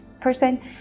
person